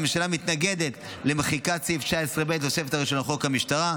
הממשלה מתנגדת למחיקת סעיף 19(ב) לתוספת הראשונה לחוק המשטרה,